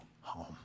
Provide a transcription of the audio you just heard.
home